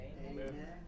Amen